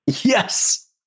yes